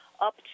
up